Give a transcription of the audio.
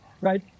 right